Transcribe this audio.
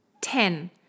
Ten